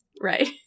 Right